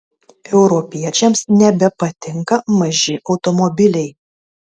europiečiams nebepatinka maži automobiliai